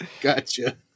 Gotcha